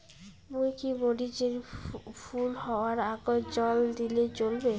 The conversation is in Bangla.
মুই কি মরিচ এর ফুল হাওয়ার আগত জল দিলে চলবে?